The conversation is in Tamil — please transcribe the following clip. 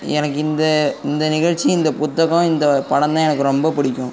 எனக்கு இந்த இந்த நிகழ்ச்சி இந்த புத்தகம் இந்த படம் தான் எனக்கு ரொம்ப பிடிக்கும்